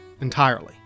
entirely